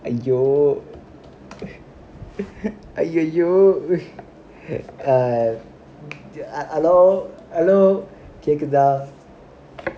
!aiyo! !aiyiyo! err hello hello கேட்க்குதா:kekkuthaa